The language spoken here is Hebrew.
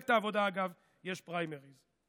במפלגת העבודה, אגב, יש פריימריז.